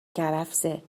کرفسه